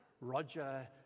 Roger